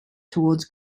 toward